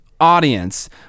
audience